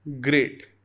Great